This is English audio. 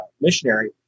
missionary